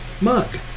mug